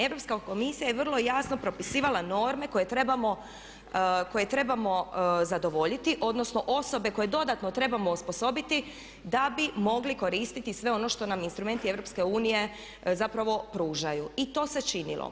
Europska komisija je vrlo jasno propisivala norme koje trebamo zadovoljiti odnosno osobe koje dodatno trebamo osposobiti da bi mogli koristiti sve ono što nam instrumenti EU zapravo pružaju i to se činilo.